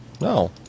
No